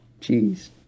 Jeez